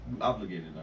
obligated